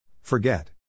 Forget